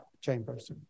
Chambers